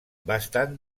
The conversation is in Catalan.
bastant